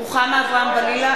רוחמה אברהם-בלילא,